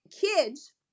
kids